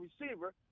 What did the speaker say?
receiver